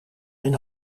mijn